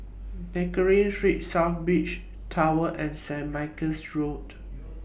Pickering Street South Beach Tower and Saint Michael's Road